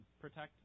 protect